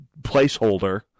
placeholder